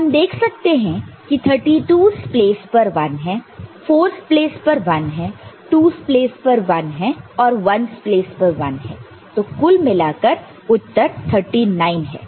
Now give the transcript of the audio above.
हम देख सकते हैं की 32's प्लेस पर 1 है 4 प्लेस पर 1 है 2's प्लेस पर 1 और 1's प्लेस पर 1 है तो कुल मिलाकर 39 है